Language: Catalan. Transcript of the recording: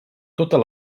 totes